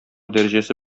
дәрәҗәсе